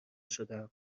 شدم